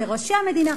לראשי המדינה,